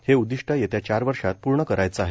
हे उददिष्ट येत्या चार वर्षात पूर्ण करायचं आहे